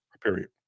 Period